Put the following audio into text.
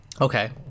Okay